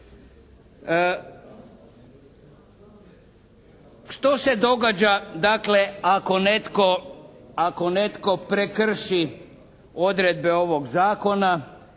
Što se događa dakle ako netko prekrši odredbe ovog zakona